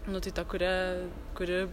nu tai ta kuria kuri